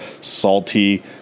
salty